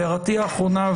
בהערתי האחרונה,